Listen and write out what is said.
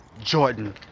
Jordan